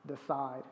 Decide